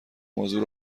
موضوع